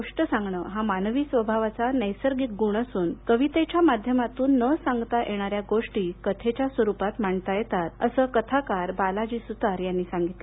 गोष्ट सांगणे हा मानवी स्वभावाचा नैसर्गिक गूण असून कवितेच्या माध्यमातून न सांगता येणाऱ्या गोष्टी कथेच्या स्वरूपात मांडता येतात असं कथाकार बालाजी स्तार यांनी सांगितलं